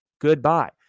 Goodbye